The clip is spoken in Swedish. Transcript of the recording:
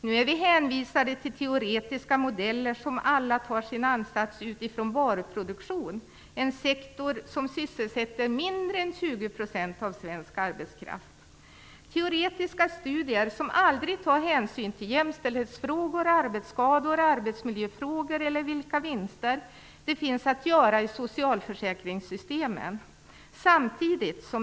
Nu är vi hänvisade till teoretiska modeller som alla tar sin ansats utifrån varuproduktion. Det är en sektor som sysselsätter mindre än 20 % av svensk arbetskraft. Dessa teoretiska studier tar aldrig hänsyn till jämställdhetsfrågor, arbetsskador, arbetsmiljöfrågor eller vilka vinster det finns att göra i socialförsäkringssystemen.